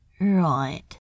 Right